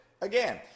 again